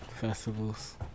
festivals